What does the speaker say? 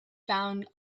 found